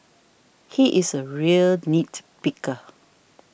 he is a real nit picker